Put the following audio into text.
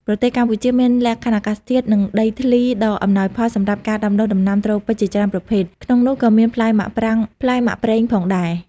ប្រទេសកម្ពុជាមានលក្ខខណ្ឌអាកាសធាតុ និងដីធ្លីដ៏អំណោយផលសម្រាប់ការដាំដុះដំណាំត្រូពិចជាច្រើនប្រភេទ ក្នុងនោះក៏មានផ្លែមាក់ប្រាងផ្លែមាក់ប្រេងផងដែរ។